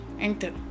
enter